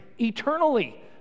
eternally